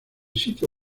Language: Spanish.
sitio